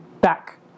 back